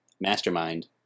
Mastermind